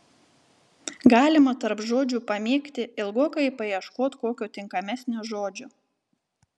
galima tarp žodžių pamykti ilgokai paieškot kokio tinkamesnio žodžio